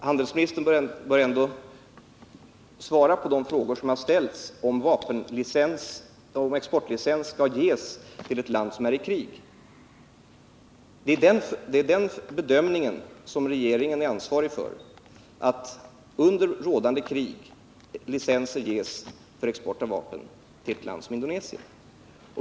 Herr talman! Handelsministern bör ändå svara på de frågor som har ställts, om licens bör ges för vapenexport till ett land som är i krig. Det är den bedömningen som regeringen är ansvarig för, att under rådande krig licens ges för export av vapen till ett land som Indonesien.